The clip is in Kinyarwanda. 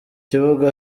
kibuga